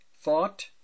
thought